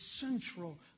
central